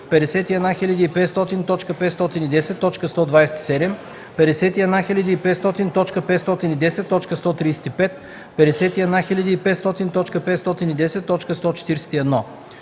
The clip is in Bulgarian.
51500.510.127; 51500.510.135; 51500.510.141.